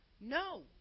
No